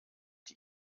die